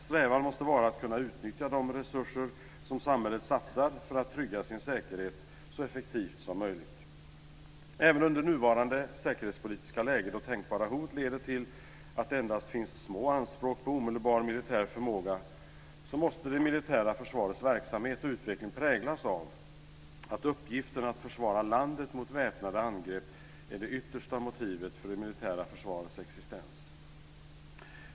Strävan måste vara att kunna utnyttja de resurser som samhället satsar för att trygga sin säkerhet så effektivt som möjligt. Även under nuvarande säkerhetspolitiska läge, då tänkbara hot leder till att det endast finns små anspråk på omedelbar militär förmåga, måste det militära försvarets verksamhet och utveckling präglas av att uppgiften att försvara landet mot väpnade angrepp är det yttersta motivet för det militära försvarets existens.